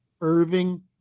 Irving